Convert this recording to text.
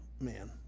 man